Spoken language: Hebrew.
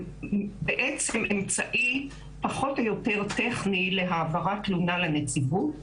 אמצעי פחות או יותר טכני להעברת תלונה לנציבות.